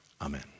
amen